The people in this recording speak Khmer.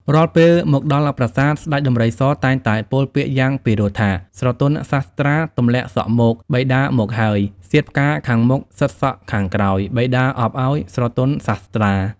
រាល់ពេល មកដល់ប្រាសាទ ស្តេចដំរីសតែងតែពោលពាក្យយ៉ាងពីរោះថា ស្រទន់សាស្ត្រា ទម្លាក់សក់មក បិតាមកហើយ សៀតផ្កាខាងមុខ សិតសក់ខាងក្រោយ បិតាអប់ឱ្យ ស្រទន់សាស្ត្រា ។